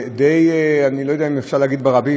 דמי מחלה (תיקון מס' 6) (חישוב תקופת הזכאות המרבית